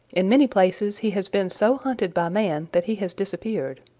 in many places he has been so hunted by man that he has disappeared.